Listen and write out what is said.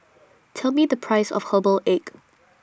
Tell Me The Price of Herbal Egg